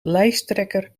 lijsttrekker